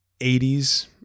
80s